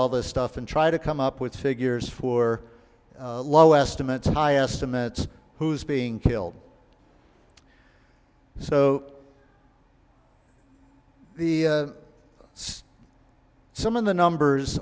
all this stuff and try to come up with figures for low estimates high estimate who's being killed so the it's some of the numbers